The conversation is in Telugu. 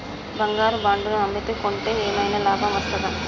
బంగారు బాండు ను అమ్మితే కొంటే ఏమైనా లాభం వస్తదా?